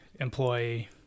employee